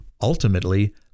Ultimately